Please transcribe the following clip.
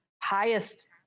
highest